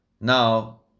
Now